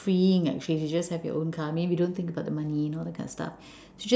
freeing actually you just have your own car maybe you don't think about the money you know those kind of stuff